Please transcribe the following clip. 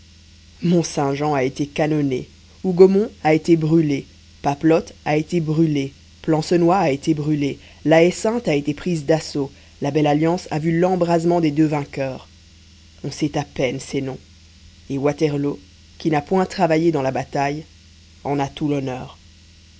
mont-saint-jean a été canonné hougomont a été brûlé papelotte a été brûlé plancenoit a été brûlé la haie sainte a été prise d'assaut la belle alliance a vu l'embrasement des deux vainqueurs on sait à peine ces noms et waterloo qui n'a point travaillé dans la bataille en a tout l'honneur